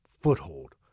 foothold